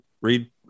read